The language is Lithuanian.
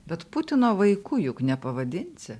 bet putino vaiku juk nepavadinsi